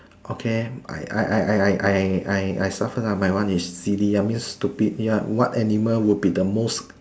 okay I I I I I I I I suffer lah my one is silly uh means stupid ya what animal would be the most